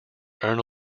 earn